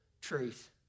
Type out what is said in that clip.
truth